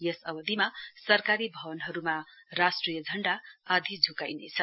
यस अवधिमा सरकारी भवनहरूमा राष्ट्रिय झण्डा आधि झुकाइनेछ